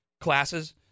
classes